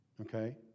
Okay